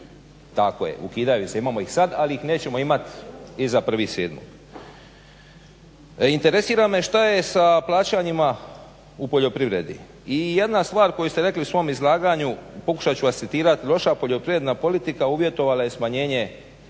Tako je. Ukidaju se. Imamo ih sad ali ih nećemo imati iza 1.7. Interesira me šta je sa plaćanjima u poljoprivredi? I jedna stvar koju ste rekli u svom izlaganju, pokušat ću vas citirati loša poljoprivredna politika uvjetovat će smanjenje